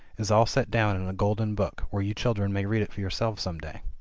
is all set down in a golden book, where you children may read it for yourselves some day.